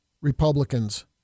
Republicans